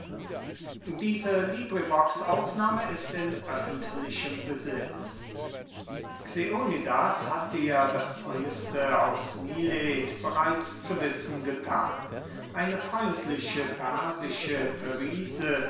an aristipp kleonidas hat dir das neueste aus milet bereits zu wissen gethan eine freundliche persische